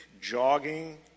jogging